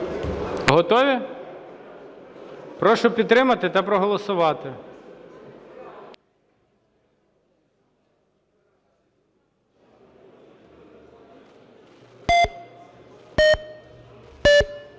Готові? Прошу підтримати та проголосувати.